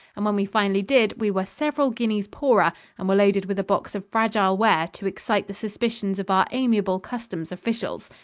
and when we finally did we were several guineas poorer and were loaded with a box of fragile ware to excite the suspicions of our amiable customs officials.